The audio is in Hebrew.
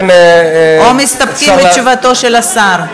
או שמסתפקים בתשובתו של השר?